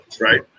Right